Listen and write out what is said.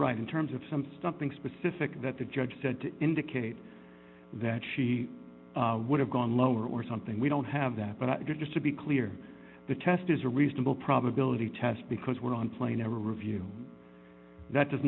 right in terms of some stopping specific that the judge said to indicate that she would have gone lower or something we don't have that but i just to be clear the test is a reasonable probability test because we're on playing a review that does